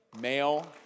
male